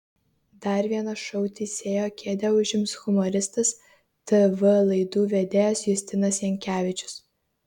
dar vieną šou teisėjo kėdę užims humoristas tv laidų vedėjas justinas jankevičius